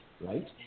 right